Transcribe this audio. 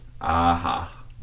Aha